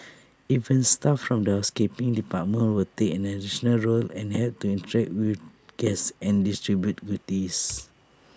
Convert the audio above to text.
even staff from the housekeeping department will take on additional roles and help to interact with guests and distribute goodies